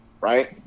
right